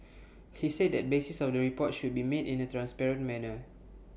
he said the basis of the report should be made in A transparent manner